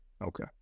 Okay